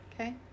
Okay